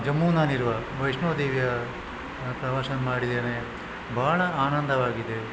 ಜಮ್ಮುನಲ್ಲಿರುವ ವೈಷ್ಣೋದೇವಿಯ ಪ್ರವಾಸ ಮಾಡಿದ್ದೇನೆ ಬಹಳ ಆನಂದವಾಗಿದೆ